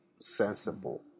sensible